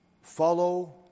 Follow